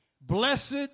blessed